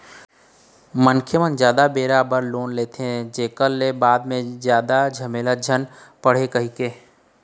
मनखे मन जादा बेरा बर लोन लेथे, जेखर ले बाद म जादा झमेला झन पड़य कहिके